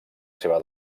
seva